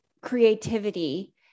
creativity